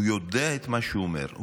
הוא יודע מה שהוא אומר,